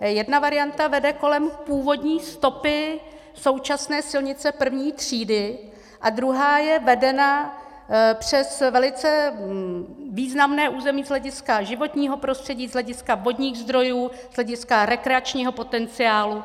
Jedna varianta vede kolem původní stopy současné silnice I. třídy a druhá je vedena přes velice významné území z hlediska životního prostředí, z hlediska vodních zdrojů, z hlediska rekreačního potenciálu.